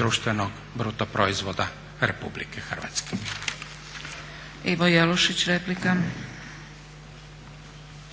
društvenog brutoproizvoda Republike Hrvatske. **Zgrebec, Dragica